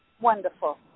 Wonderful